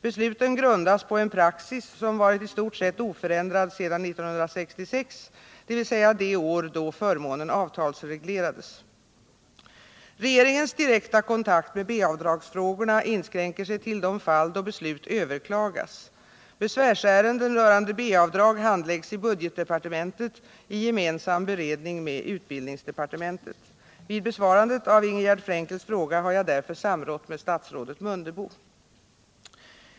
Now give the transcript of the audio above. Besluten grundas på en praxis som varit i stort sett oförändrad sedan 1966, dvs. det år då förmånen avtalsreglerades. Regeringens direkta kontakt med B-avdragsfrågorna inskränker sig till de fall där beslut överklagas. Besvärsärenden rörande B-avdrag handläggs i budgetdepartementet i gemensam beredning med utbildningsdepartementet. Vid besvarandet av Ingegärd Frenkels fråga har jag därför samrått med statsrådet Mundebo.